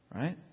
right